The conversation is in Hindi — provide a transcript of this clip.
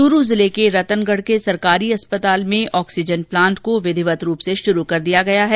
चूरू जिले के रतनगढ़ के सरकारी अस्पताल में ऑक्सीजन प्लांट को विधिवत रूप से शुरू कर दिया गया है